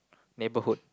neighborhood